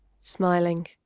smiling